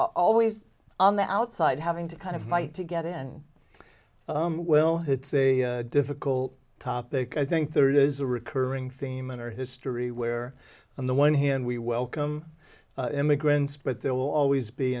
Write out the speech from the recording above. always on the outside having to kind of fight to get in well it's a difficult topic i think there it is a recurring theme in our history where on the one hand we welcome immigrants but there will always be